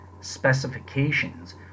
specifications